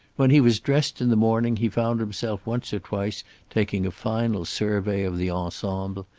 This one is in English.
when he was dressed in the morning he found himself once or twice taking a final survey of the ensemble,